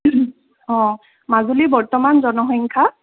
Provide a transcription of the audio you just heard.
অঁ মাজুলীৰ বৰ্তমান জনসংস্যা